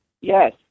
Yes